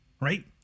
Right